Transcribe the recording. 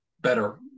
better